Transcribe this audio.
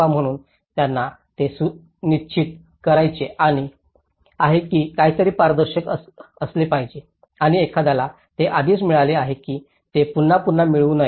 म्हणून त्यांना हे निश्चित करायचे आहे की काहीतरी पारदर्शक असले पाहिजे आणि एखाद्याला ते आधीच मिळाले आहे की ते पुन्हा पुन्हा मिळू नये